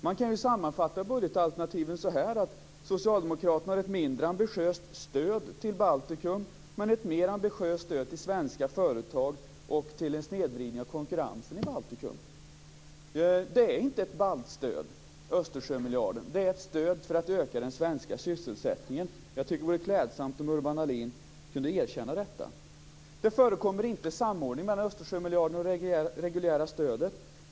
Man kan sammanfatta budgetalternativen så här: Socialdemokraterna har ett mindre ambitiöst stöd till Baltikum, men ett mer ambitiöst stöd till svenska företag och till en snedvridning av konkurrensen i Östersjömiljarden är inte ett baltstöd. Det är ett stöd för att öka den svenska sysselsättningen. Jag tycker att det vore klädsamt om Urban Ahlin kunde erkänna detta. Det förekommer ingen samordning mellan Östersjömiljarden och det reguljära stödet.